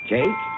Jake